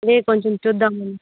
అవే కొంచెం చూద్దామని